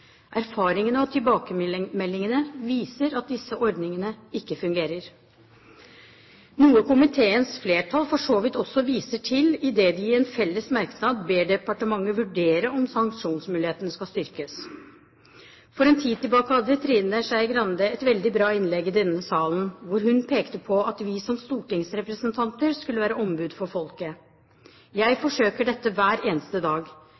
Erfaringene og tilbakemeldingene viser at disse ordningene ikke fungerer, noe komiteens flertall for så vidt også viser til, idet de i en merknad ber departementet vurdere om sanksjonsmulighetene skal styrkes. For en tid tilbake hadde Trine Skei Grande et veldig bra innlegg i denne salen, hvor hun pekte på at vi som stortingsrepresentanter skulle være ombud for folket. Jeg forsøker dette hver eneste dag,